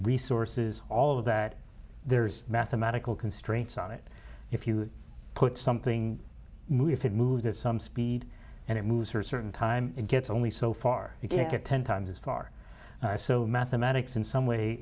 resources all of that there's mathematical constraints on it if you put something if it moves at some speed and it moves or certain time it gets only so far you can get ten times as far so mathematics in some way